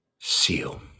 SEAL